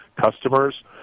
customers